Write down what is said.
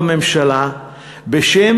סיעת ש"ס הגישה אי-אמון בממשלה בשם